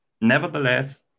Nevertheless